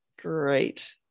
great